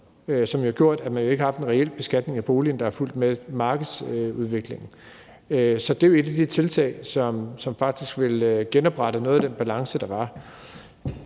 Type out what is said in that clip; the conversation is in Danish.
jo har gjort, at man ikke har haft en reel beskatning af boligen, der er fulgt med markedsudviklingen. Så det er jo et af de tiltag, som faktisk vil genoprette noget af den balance, der var.